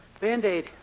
Band-Aid